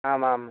आम् आम्